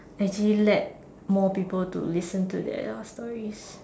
actually let more people to listen to their stories